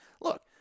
Look